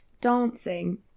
dancing